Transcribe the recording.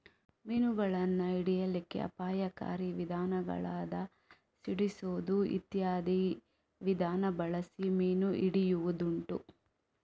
ಮೀನುಗಳನ್ನ ಹಿಡೀಲಿಕ್ಕೆ ಅಪಾಯಕಾರಿ ವಿಧಾನಗಳಾದ ಸಿಡಿಸುದು ಇತ್ಯಾದಿ ವಿಧಾನ ಬಳಸಿ ಮೀನು ಹಿಡಿಯುದುಂಟು